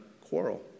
quarrel